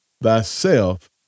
thyself